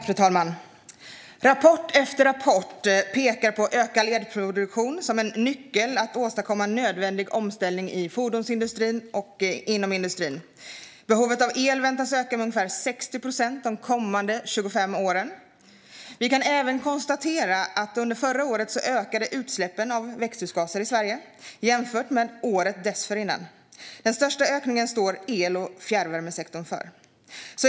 Fru talman! Rapport efter rapport pekar på ökad elproduktion som en nyckel för att åstadkomma nödvändig omställning i fordonsindustrin och inom industrin. Behovet av el väntas öka med ungefär 60 procent de kommande 25 åren. Vi kan även konstatera att utsläppen av växthusgaser under förra året ökade i Sverige jämfört med året dessförinnan. Den största ökningen står el och fjärrvärmesektorn för.